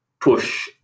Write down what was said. push